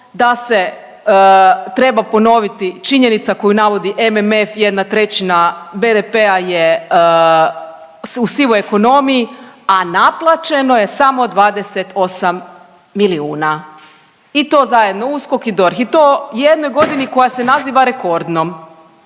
da se treba ponoviti činjenica koju navodi MMF 1/3 BDP-a je u sivoj ekonomiji, a naplaćeno je samo 28 milijuna i to zajedno USKOK i DORH i to u jednoj godini koja se naziva rekordnom.